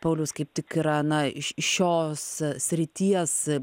paulius kaip tik yra na i šios srities